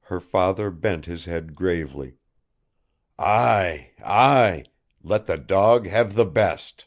her father bent his head gravely ay, ay let the dog have the best